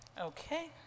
Okay